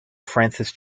frances